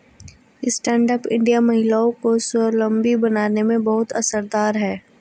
stand up India महिलाओं को स्वावलम्बी बनाने में बहुत असरदार है